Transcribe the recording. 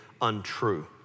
untrue